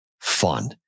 fun